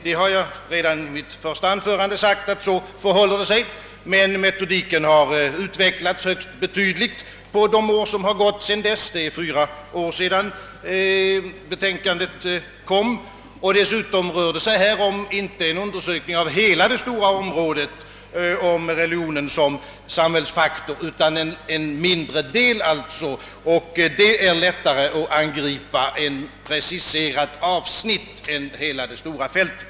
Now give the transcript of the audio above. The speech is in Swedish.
Jag har redan i mitt första anförande antytt, att det kan förhålla sig så, men metodiken har utvecklats högst betydligt under de fyra år som gått sedan betänkandet kom. Dessutom rör det sig här inte om en undersökning av hela det stora området om religionen som samhällsfaktor utan om en mindre del. Det är lättare att angripa ett preciserat avsnitt än hela det stora fältet.